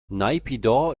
naypyidaw